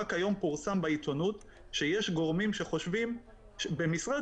רק היום פורסם בעיתונות שיש גורמים שחושבים במשרד